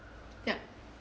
ya